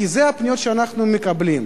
כי אלה הפניות שאנחנו מקבלים,